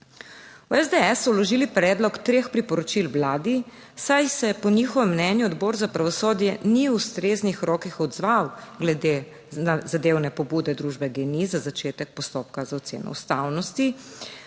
V SDS so vložili predlog treh priporočil Vladi, saj se po njihovem mnenju odbor za pravosodje ni v ustreznih rokih odzval glede zadevne pobude družbe GEN-i za začetek postopka za oceno ustavnosti.